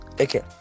okay